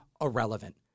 irrelevant